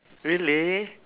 really